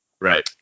right